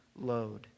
load